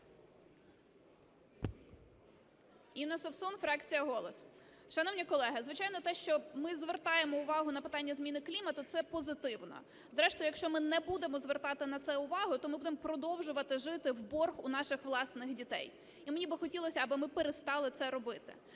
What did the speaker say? Інна Совсун, фракція "Голос". Шановні колеги, звичайно, те, що ми звертаємо увагу на питання зміни клімату, це позитивно. Зрештою, якщо ми не будемо звертати на це увагу, то ми будемо продовжувати жити в борг у наших власних дітей. І мені би хотілося, аби ми перестали це робити.